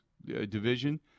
division